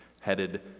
headed